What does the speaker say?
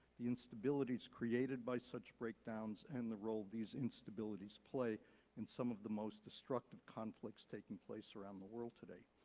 the instabilities created by such breakdowns, and the role these instabilities play in some of the most destructive conflicts taking place around the world today.